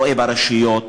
רואה ברשויות,